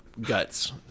guts